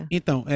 Então